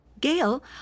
Gail